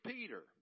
Peter